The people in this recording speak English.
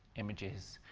images,